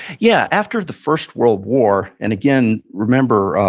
yeah. after the first world war, and again, remember,